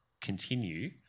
continue